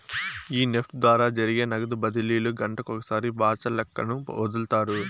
ఈ నెఫ్ట్ ద్వారా జరిగే నగదు బదిలీలు గంటకొకసారి బాచల్లక్కన ఒదులుతారు